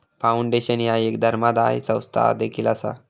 foundation ह्या एक धर्मादाय संस्था देखील असा